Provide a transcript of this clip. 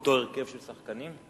באותו הרכב של שחקנים?